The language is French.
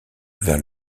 vers